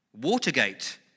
Watergate